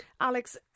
Alex